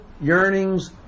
yearnings